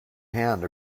hand